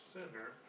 Center